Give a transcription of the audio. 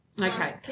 Okay